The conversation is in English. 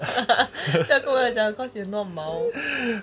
不要跟我讲剪掉很多毛